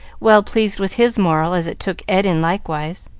well pleased with his moral, as it took ed in likewise.